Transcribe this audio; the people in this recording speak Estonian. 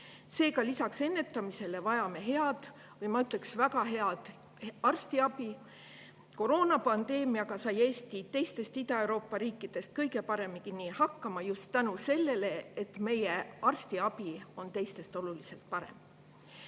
Seega, lisaks ennetamisele vajame head, ma ütleks, väga head arstiabi. Koroonapandeemiaga sai Eesti teistest Ida-Euroopa riikidest paremini hakkama just tänu sellele, et meie arstiabi on teistest oluliselt parem.